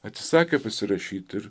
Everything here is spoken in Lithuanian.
atsisakė pasirašyti